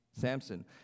Samson